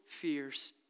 fears